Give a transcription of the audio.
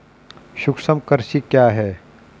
सूक्ष्म कृषि क्या है?